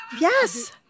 Yes